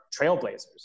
trailblazers